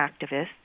activists